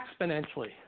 exponentially